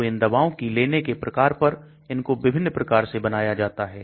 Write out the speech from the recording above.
तो इन दवाओं की लेने के प्रकार पर इनको विभिन्न प्रकार से बनाया जाता है